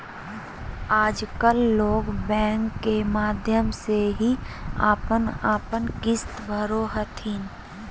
आजकल लोग बैंक के माध्यम से ही अपन अपन किश्त भरो हथिन